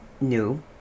New